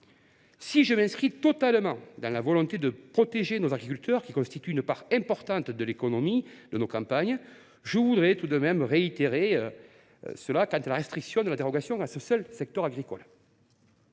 Si je m’inscris totalement dans la volonté de protéger nos agriculteurs, qui représentent une part importante de l’économie de nos campagnes, je voudrais tout de même réitérer mes regrets quant à la restriction de la dérogation au seul secteur agricole.